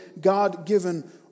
God-given